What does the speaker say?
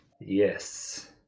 Yes